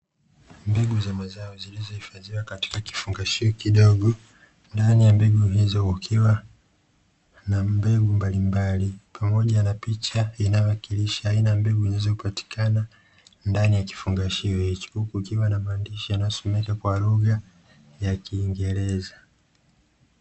Mbegu za mazao zilizohifadhiwa katika kifungashio kidogo, ndani ya mbegu hizo kuna mbegu mbalimbali pamoja na picha inayowakilisha aina ya mbegu hizo kupatikana ndani ya jifungashio hicho, huku ikiwa na maandishi yanayosomeka kwa lugha ya kiingereza.